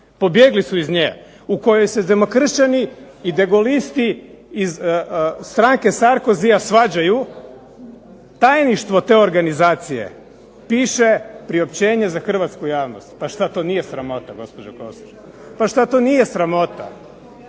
pobjegli su iz nje iz koje se demokršćani i degolisti iz stranke Sarkozy svađaju, tajništvo te organizacije piše priopćenje za hrvatsku javnost. Pa što to nije sramota gospođo Kosor? Pa dakle molim